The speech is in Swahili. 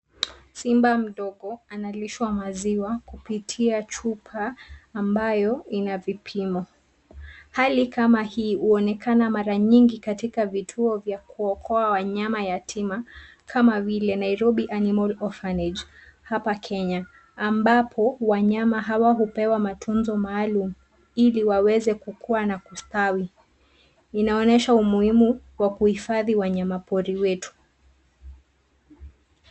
Simba mdogo analishwa maziwa kupitia chupa ambayo ina vipimo. Hali kama hii huonekana mara nyingi katika vituo vya kuokoa wanyama yatima kama vile Nairobi animal orphanage hapa Kenya ambapo wanyama hawa hupewa matunzo maalumu ili waweze kukuwa na kustawi. Inaonyesha umuhimu wa kuhifadhi wanyamapori wetu.